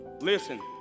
Listen